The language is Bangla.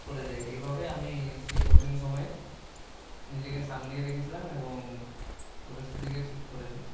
সরে যাই এভাবেই আমি সেই কঠিন সময়ে নিজেকে সামলে রেখেছিলাম এবং পরিস্থিতিকে ঠিক করেছিলাম